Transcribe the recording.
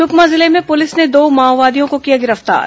सुकमा जिले में पुलिस ने दो माओवादियों को किया गिरफ्तार